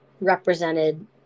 represented